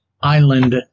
island